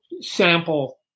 sample